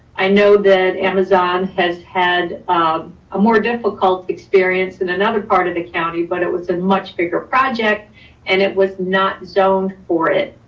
i know that amazon has had a more difficult experience in another part of the county, but it was a much bigger project and it was not zoned for it,